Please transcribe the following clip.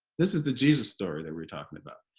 this is the jesus story that we're talking about.